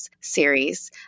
series